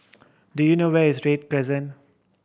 do you know where is Read Crescent